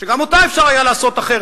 שגם אותה היה אפשר לעשות אחרת,